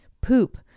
poop